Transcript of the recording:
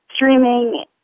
streaming